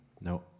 No